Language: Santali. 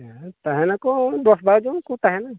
ᱟᱨ ᱛᱟᱦᱮᱱᱟ ᱠᱚ ᱫᱚᱥ ᱵᱟᱨᱳ ᱡᱚᱱ ᱠᱚ ᱛᱟᱦᱮᱱᱟ